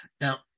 Now